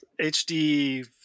HD